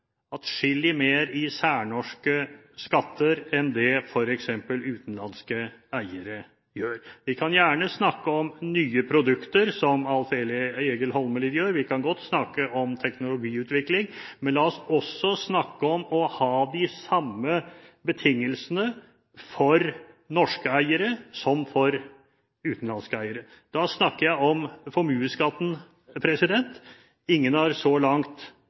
atskillig mer i særnorske skatter enn det f.eks. utenlandske eiere gjør. Vi kan gjerne snakke om nye produkter, som Alf Egil Holmelid gjør, og vi kan godt snakke om teknologiutvikling, men la oss også snakke om å ha de samme betingelsene for norske eiere som for utenlandske eiere. Da snakker jeg om formuesskatten. Ingen har så langt